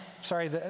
Sorry